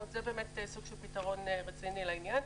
זה סוג של פתרון רציני לעניין.